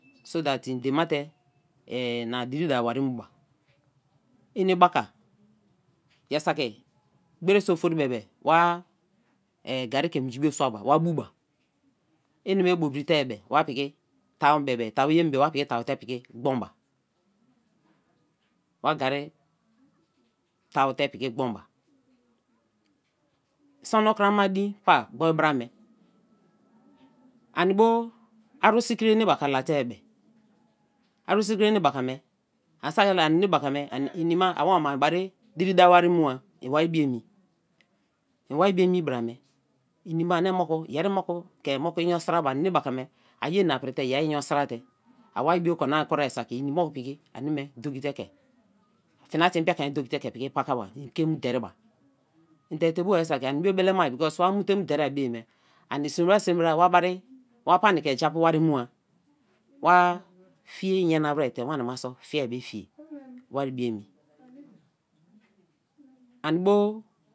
So that i dein mate ina diri dawo wari mu ba; enebaka ja saki gberi so-fori bebe wa garri ke minji bio suaba wa bu ba, eneme bobri te-i be wa piki tawo bebe, tawo ye emi bebe wa piki tawo te piki gboin ba, wa garri tawo te piki gbon ba, sono krama din pa gboi bra me ani bo aru sikri ene paka late-e be, aru sikri enebaka me, ini ba awoma i bari diri dawo wari mua, ėn wai bio emi, en wai bio eni bra me, eni ma, ani moku, yeri moku ke inyo sra ba, ani enebaka me a ye na pri te, yer inyo sra te, a wai bio moku kon-a koria saki sen moku piki ani me dogi te ke, fina te mbraka me dogi te ke piki pakaba, ke mu derėba, en dere te bo ba saki, ani bu belema because ira mute mu derei bei-e me ani sme bra sme bra wa bari, wa pani ke japu wari mua, wa fie nyana wari te wani so fiea be fie, ani bo